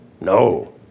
No